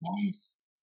Yes